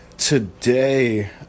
today